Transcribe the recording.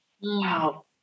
wow